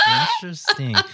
Interesting